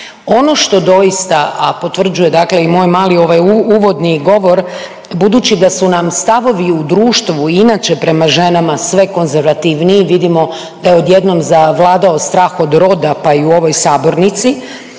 Ono što doista, a potvrđuje dakle i moj mali ovaj uvodni govor, budući da su nam stavovi u društvu i inače prema ženama sve konzervativniji, vidimo da je odjednom zavladao strah od roda pa i u ovoj sabornici,